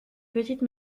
petite